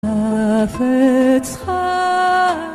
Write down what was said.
חפץ חיים